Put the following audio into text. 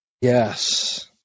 Yes